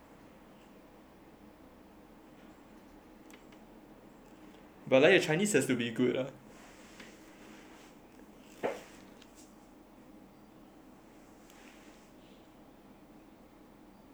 but then your chinese has to be good uh